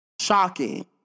Shocking